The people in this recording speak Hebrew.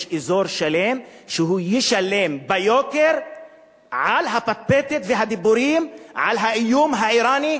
יש אזור שלם שישלם ביוקר על הפטפטת והדיבורים על האיום האירני,